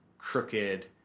crooked